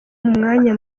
mwanya